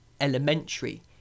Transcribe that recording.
elementary